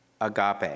agape